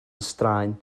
straen